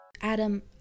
adam